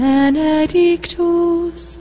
Benedictus